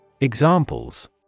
Examples